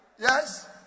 Yes